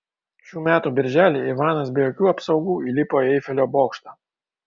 šių metų birželį ivanas be jokių apsaugų įlipo į eifelio bokštą